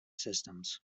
systems